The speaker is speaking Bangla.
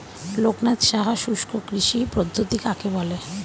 লোকনাথ সাহা শুষ্ককৃষি পদ্ধতি কাকে বলে?